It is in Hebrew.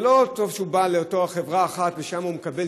זה לא שהוא בא לחברה אחת ושם הוא מקבל